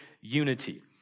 unity